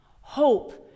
Hope